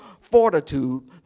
fortitude